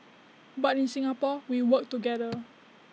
but in Singapore we work together